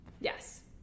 Yes